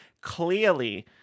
clearly